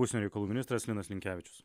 užsienio reikalų ministras linas linkevičius